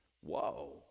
Whoa